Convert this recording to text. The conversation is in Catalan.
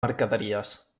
mercaderies